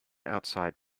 outside